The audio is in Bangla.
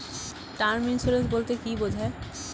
টার্ম ইন্সুরেন্স বলতে কী বোঝায়?